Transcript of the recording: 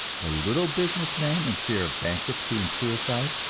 the little business man in fear of bankruptcy and suicide,